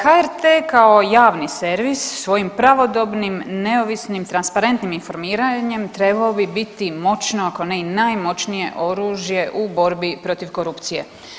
HRT kao javni servis svojim pravodobnim, neovisnim i transparentnim informiranjem trebao bi biti moćno, ako ne i najmoćnije oružje u borbi protiv korupcije.